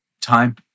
time